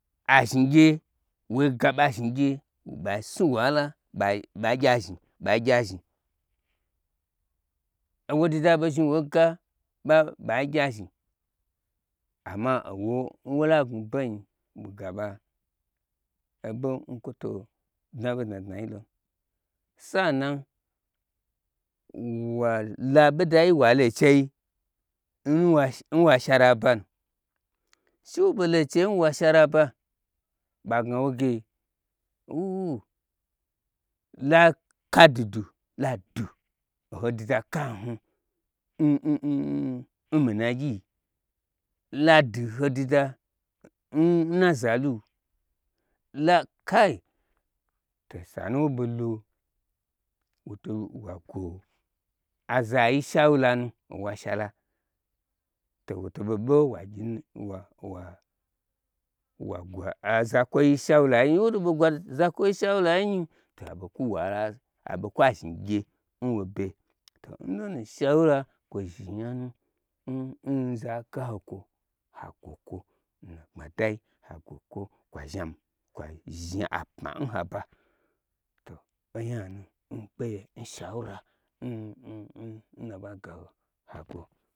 Azhni gye woi gaɓa zhni gye ɓai snu wahala ɓai gya zhni owoduda ɓei zhni woi ga ɓa gya zhni amma owo nwo la gnwu benyi wo gaɓa oɓo n kwoto dna ɓo dna dai lom sa'anan wala ɓodai walon chei n wa shara banu, she wu ɓei lo n chei nwo'a shara ba ɓa gna woge wu-u-u la kadudu ldu oho duda ka hni hni mina gyi ladu ho duda nna zalu la kai to sanu wo ɓei lo woto ɓolo wa gwo azayi shauram owo ashalam, to wo to ɓo ɓo wa vyii gwo aza kwoi shaulan n woto ɓo gwo azakwoi shaula yi nyin aɓo kwu azhni gye nwobe nlonu shaula kwo zhni nyanu nzaga ho kwo ha gwo kwo nna gbmadai ha gwo kwo kwa zhni apma nhaba onyanu ha gawo.